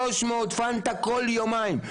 300 פנטה כל יומיים.